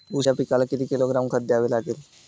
ऊस या पिकाला किती किलोग्रॅम खत द्यावे लागेल?